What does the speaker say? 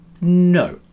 No